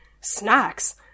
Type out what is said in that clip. snacks